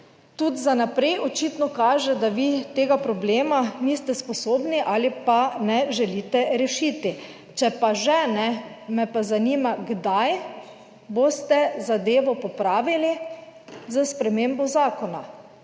tudi za naprej očitno kaže, da vi tega problema niste sposobni ali pa ne želite rešiti, če pa že, kajne, me pa zanima kdaj boste zadevo popravili, s spremembo zakona.